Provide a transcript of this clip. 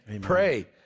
pray